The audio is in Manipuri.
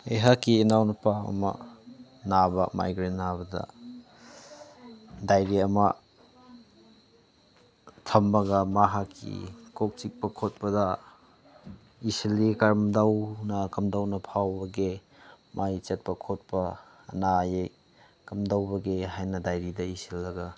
ꯑꯩꯍꯥꯛꯀꯤ ꯏꯅꯥꯎ ꯅꯨꯄꯥ ꯑꯃ ꯅꯥꯕ ꯃꯥꯏꯒꯔꯦꯟ ꯅꯥꯕꯗ ꯗꯥꯏꯔꯤ ꯑꯃ ꯊꯝꯃꯒ ꯃꯍꯥꯛꯀꯤ ꯀꯣꯛ ꯆꯤꯛꯄ ꯈꯣꯠꯄꯗ ꯏꯁꯤꯜꯂꯤ ꯀꯝꯗꯧꯅ ꯀꯝꯗꯧꯅ ꯐꯥꯎꯕꯒꯦ ꯃꯥꯒꯤ ꯆꯠꯄ ꯈꯣꯠꯄ ꯑꯅꯥ ꯑꯌꯦꯛ ꯀꯝꯗꯧꯕꯒꯦ ꯍꯥꯏꯅ ꯗꯥꯏꯔꯤꯗ ꯏꯁꯤꯜꯂꯒ